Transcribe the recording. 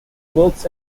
works